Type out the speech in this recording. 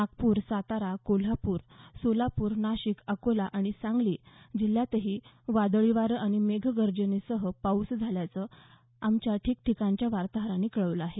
नागपूर सातारा कोल्हापूर सोलापूर नाशिक अकोला आणि सांगली जिल्ह्यातही वादळी वारं आणि मेघगर्जनेसह पाऊस झाल्याचं आमच्या ठिकठिकाणच्या वार्ताहरांनी कळवलं आहे